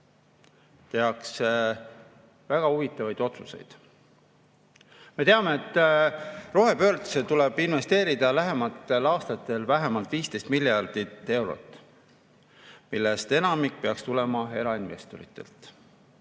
tehakse väga huvitavaid otsuseid. Me teame, et rohepöördesse tuleb investeerida lähematel aastatel vähemalt 15 miljardit eurot, millest enamik peaks tulema erainvestoritelt.